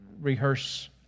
rehearse